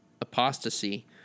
apostasy